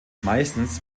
meistens